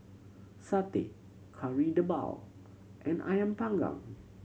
satay Kari Debal and Ayam Panggang